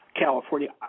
California